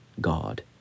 God